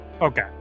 Okay